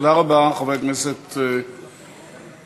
תודה רבה, חבר הכנסת ברושי.